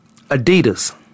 Adidas